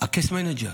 ה-Case Manager.